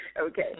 Okay